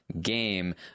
game